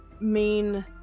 main